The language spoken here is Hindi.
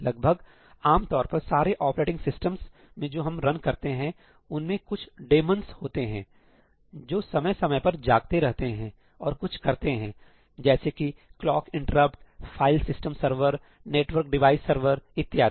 लगभग आमतौर पर सारे ऑपरेटिंग सिस्टम्स में जो हम रन करते हैं उनमें कुछ डेमोंसdemons होते हैं जो समय समय पर जागते रहते हैं और कुछ करते हैं जैसे कि clock interrupt file system server network device server इत्यादि